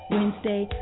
Wednesday